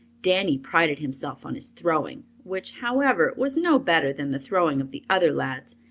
danny prided himself on his throwing, which, however, was no better than the throwing of the other lads,